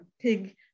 pig